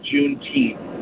Juneteenth